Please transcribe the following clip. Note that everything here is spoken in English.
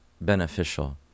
beneficial